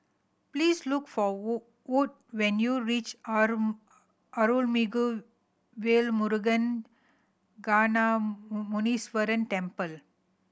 please look for Wood when you reach Are Arulmigu Velmurugan Gnanamuneeswarar Temple